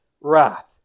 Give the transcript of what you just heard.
wrath